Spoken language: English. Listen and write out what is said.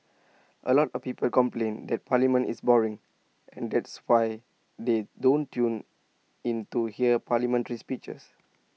A lot of people complain that parliament is boring and that's why they don't tune in to hear parliamentary speeches